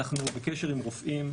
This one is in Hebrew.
אנחנו בקשר עם רופאים,